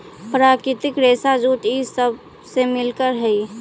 प्राकृतिक रेशा जूट इ सब से मिल हई